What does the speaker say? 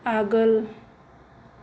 आगोल